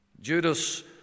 Judas